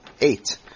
eight